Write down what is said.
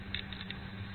यहाँ हम क्या करेंगे